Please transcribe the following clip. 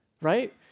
Right